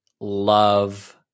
love